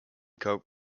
cup